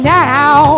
now